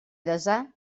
desar